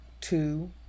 Two